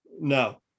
No